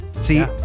See